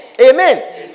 Amen